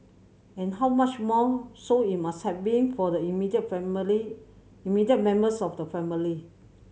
and how much more so it must have been for the immediate family immediate members of the family